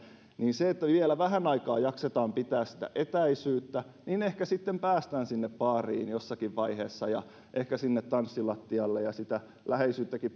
niin jos vielä vähän aikaa jaksetaan pitää sitä etäisyyttä niin ehkä sitten päästään sinne baariin jossakin vaiheessa ja ehkä sinne tanssilattialle ja sitä läheisyyttäkin